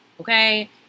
okay